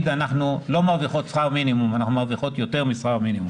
'אנחנו מרוויחות יותר משכר מינימום'.